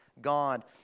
God